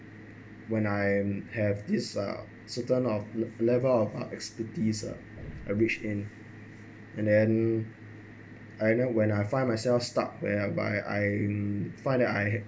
when I'm have this uh certain of level of uh expertise are arranged in and then either when I find myself stuck whereby I find that I